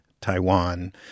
Taiwan